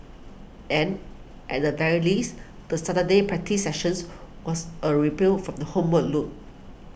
and at the very least the Saturday practice sessions was a ray built from the homework load